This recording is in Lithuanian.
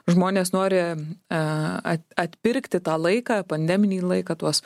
žmonės nori a atpirkti tą laiką pandeminį laiką tuos